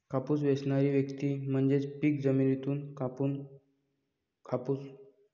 कापूस वेचणारी व्यक्ती म्हणजे पीक जमिनीतून कापूस उचलणारी व्यक्ती